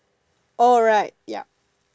orh right yup